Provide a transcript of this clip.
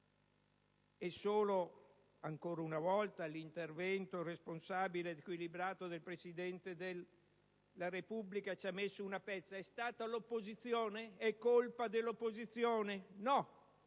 e solo, ancora una volta, l'intervento responsabile ed equilibrato del Presidente della Repubblica ci ha messo una pezza? È stata l'opposizione? È colpa dell'opposizione? No,